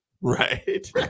Right